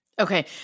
Okay